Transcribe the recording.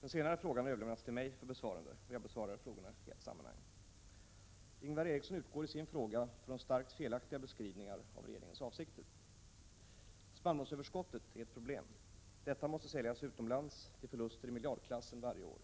Den senare frågan har överlämnats till mig för besvarande. Jag besvarar frågorna i ett sammanhang. Ingvar Eriksson utgår i sin fråga från starkt felaktiga beskrivningar av regeringens avsikter. Spannmålsöverskottet är ett problem. Detta måste säljas utomlands till förluster i miljardklassen varje år.